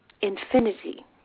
infinity